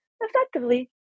effectively